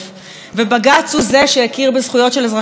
ובג"ץ הוא שהכיר בזכויות של אזרחים ערבים